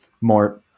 more